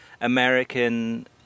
American